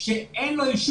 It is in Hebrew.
במידה